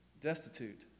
destitute